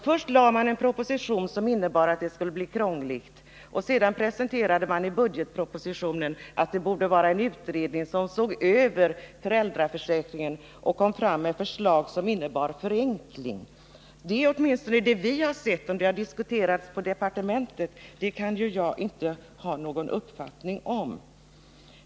Först framlades alltså en proposition som innebar att det skulle bli krångligare och sedan presenterades i budgetpropositionen en utredning som skulle se över föräldraförsäkringen och framlägga förslag till förenklingar. Det är vad vi har sett. Om saken har diskuterats i departementet kan jag inte ha någon uppfattning om.